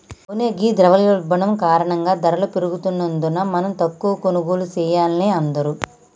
అవునే ఘీ ద్రవయోల్బణం కారణంగా ధరలు పెరుగుతున్నందున మనం తక్కువ కొనుగోళ్లు సెయాన్నే అందరూ